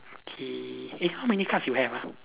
okay eh how may cards you have ah